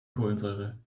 kohlensäure